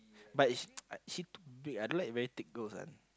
but is ah she too big I don't like very thick girls one